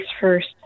first